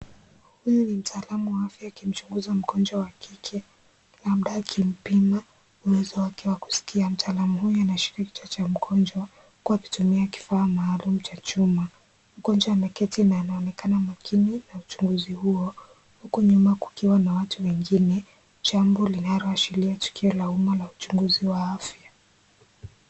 Huyu ni mtaalamu wa afya akimchunguza mgonjwa wa kike labda akimpima uwezo wake wa kuskia , mtaalamu huyu anashika kichwa cha mgonjwa huku akitumia kifaa maalum cha chuma. Mgonjwa ameketi na anaonekana makini na uchunguzi huo. Huko nyuma kukiwa na watu wengine jambo linaloashiria tukio la umma la uchunguzi wa afya.